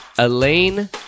elaine